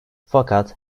fakat